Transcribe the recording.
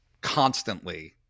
constantly